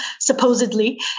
supposedly